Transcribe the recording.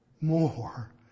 more